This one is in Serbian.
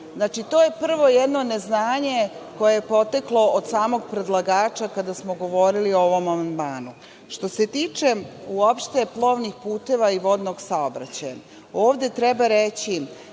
Znači, to je prvo jedno neznanje koje je poteklo od samog predlagača kada smo govorili o ovom amandmanu. Što se tiče uopšte plovnih puteva i vodnog saobraćaja, ovde treba reći